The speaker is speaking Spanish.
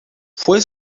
fue